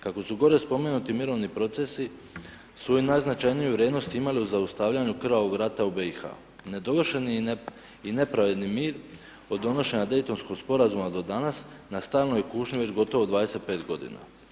Kako su gore spomenuti mirovni procesi svoju najznačajniju vrijednost imali u zaustavljanju krvavog rata u BiH, nedovršeni i nepravedni mir od donošenja Daytonskog sporazuma do danas na stalnoj kušnji već gotovo 25 godina.